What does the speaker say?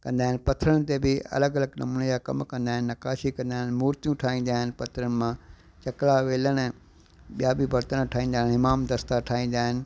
कंदा आहिनि पथरनि ते बि अलॻि अलॻि नमूने जा कम कंदा आहिनि नक़ाशी कंदा आहिनि मूर्तियूं ठाहींदा आहिनि पथरनि मां चकला वेलण ऐं ॿिया बि बर्तन ठाहींदा आहिनि हमाम दस्ता ठाहींदा आहिनि